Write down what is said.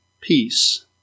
peace